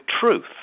truth